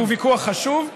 והוא ויכוח חשוב,